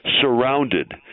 surrounded